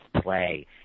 play